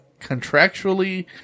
contractually